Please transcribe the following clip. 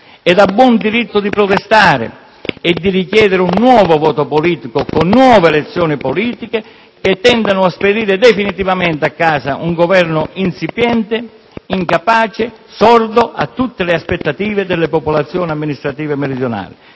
e ha buon diritto di protestare e richiedere un nuovo voto politico, con nuove elezioni, che tendano a spedire definitivamente a casa un Governo insipiente, incapace, sordo a tutte le aspettative delle popolazioni amministrative meridionali.